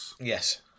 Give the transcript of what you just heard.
Yes